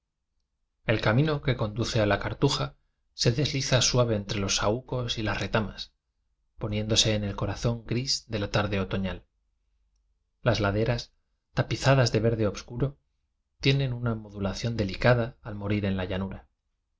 s camino que conduce a la cartuja se desliza suave entre los saúcos y las reta mas perdiéndose en el corazón gris de la tarde otoñal las laderas tapizadas de ver de obscuro tienen una modulación delicada al morir en la llanura